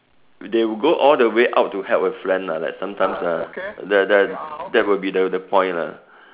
they will go all the way out to help a friend lah like sometimes ah the the that will be the point lah